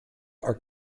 are